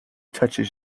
touches